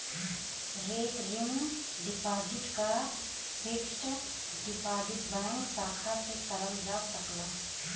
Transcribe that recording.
recurring deposit क fixed deposit bank शाखा से करल जा सकला